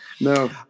No